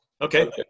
Okay